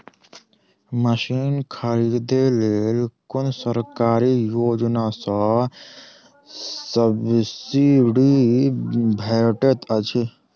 Machine खरीदे लेल कुन सरकारी योजना सऽ सब्सिडी भेटैत अछि?